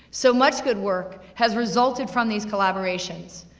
so much good work has resulted from these collaborations,